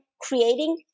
creating